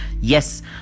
Yes